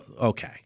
okay